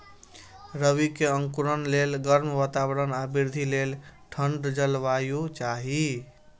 रबी के अंकुरण लेल गर्म वातावरण आ वृद्धि लेल ठंढ जलवायु चाही